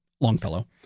Longfellow